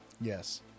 Yes